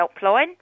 helpline